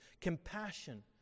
compassion